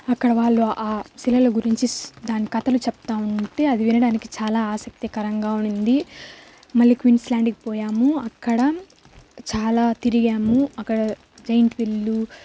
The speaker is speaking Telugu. అక్కడ వాళ్ళు ఆ శిలల గురించి సు దాని కథలు చెప్తా ఉంటే అది వినడానికి చాలా ఆసక్తికరంగా ఉండింది మళ్ళీ క్విన్స్ ల్యాండ్కి పోయాము అక్కడ చాలా తిరిగాము అక్కడ జయింట్ వీల్లు